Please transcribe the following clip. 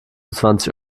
zwanzig